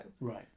Right